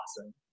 awesome